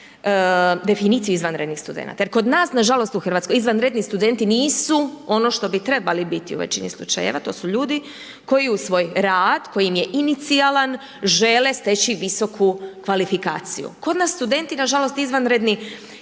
definiciju izvanrednih studenata. Jer kod nas na žalost u Hrvatskoj izvanredni studenti nisu ono što bi trebali biti u većini slučajeva. To su ljudi koji uz svoj rad koji im je inicijalan žele steći visoku kvalifikaciju. Kod nas studenti na žalost izvanredni